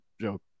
joke